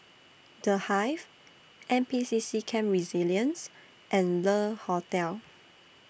The Hive N P C C Camp Resilience and Le Hotel